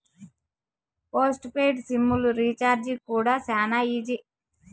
post paid SIM లు recharge కూడా శానా ఈజీ